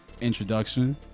introduction